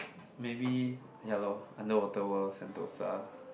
maybe ya lor underwater world Sentosa